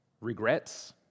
Regrets